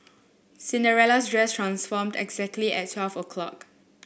Cinderella's dress transformed exactly at twelve o'clock